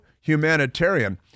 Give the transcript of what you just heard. humanitarian